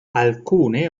alcune